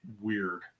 weird